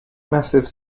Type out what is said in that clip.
massive